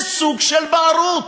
זה סוג של בערות.